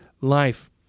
life